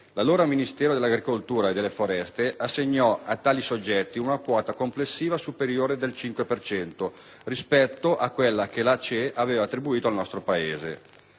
l'allora Ministero dell'agricoltura e delle foreste assegnò a tali soggetti una quota complessiva superiore del 5 per cento rispetto a quella che la CEE aveva attribuito al nostro Paese.